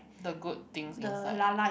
the good things inside